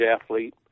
athlete